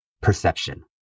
perception